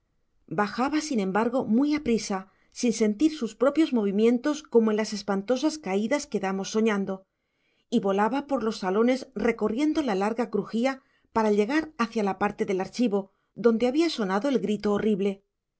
bajaba sin embargo muy aprisa sin sentir sus propios movimientos como en las espantosas caídas que damos soñando y volaba por los salones recorriendo la larga crujía para llegar hacia la parte del archivo donde había sonado el grito horrible